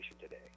today